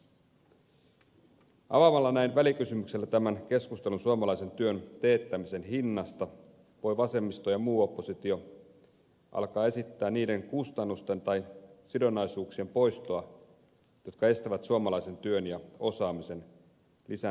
avaamalla näin välikysymyksellä tämän keskustelun suomalaisen työn teettämisen hinnasta voi vasemmisto ja muu oppositio alkaa esittää niiden kustannusten tai sidonnaisuuksien poistoa jotka estävät suomalaisen työn ja osaamisen lisääntymisen suomessa